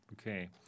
Okay